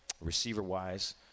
receiver-wise